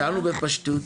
שאלנו בפשטות,